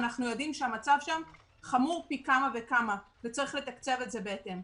אנחנו יודעים שהמצב שם חמור פי כמה וכמה וצריך לתקצב את אותן בהתאם.